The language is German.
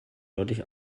deutlich